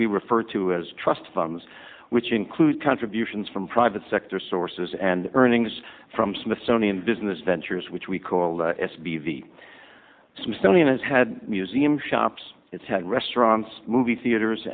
we refer to as trust funds which include contributions from private sector sources and earnings from smithsonian business ventures which we call s b the smithsonian has had museum shops it's had restaurants movie theaters